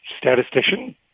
statistician